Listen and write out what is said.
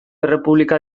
errepublika